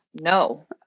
No